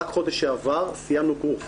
רק חודש שעבר סיימנו קורס.